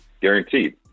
Guaranteed